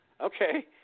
Okay